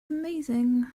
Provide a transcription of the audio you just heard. amazing